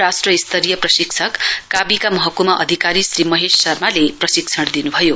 राष्ट्र स्तरीय प्रशिक्षक काबीका महकुमा अधिकीर श्री महेश शर्माले प्रशिक्षण दिनु भयो